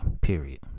period